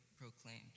proclaimed